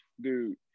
dude